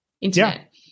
internet